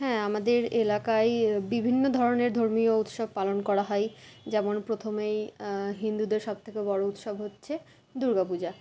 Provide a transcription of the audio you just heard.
হ্যাঁ আমাদের এলাকায় বিভিন্ন ধরনের ধর্মীয় উৎসব পালন করা হয় যেমন প্রথমেই হিন্দুদের সব থেকে বড়ো উৎসব হচ্ছে দুর্গা পূজা